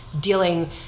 dealing